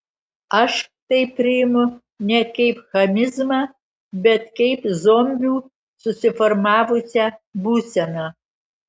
aš tai priimu ne kaip chamizmą bet kaip zombių susiformavusią būseną